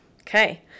Okay